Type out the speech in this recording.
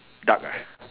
duck ah